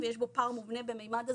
ויש בו פער מובנה בממד הזמן,